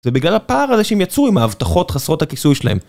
זה בגלל הפער הזה שהם יצרו עם ההבטחות חסרות הכיסוי שלהם.